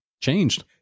changed